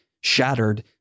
shattered